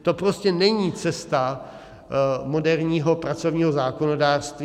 To prostě není cesta moderního pracovního zákonodárství.